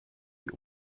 die